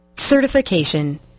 Certification